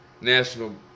national